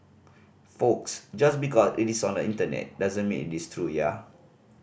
folks just because it is on the Internet doesn't mean it is true ya